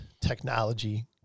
technology